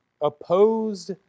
opposed